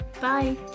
bye